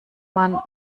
man